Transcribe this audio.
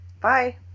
Bye